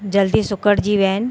जल्दी सुकड़जी विया आहिनि